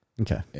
okay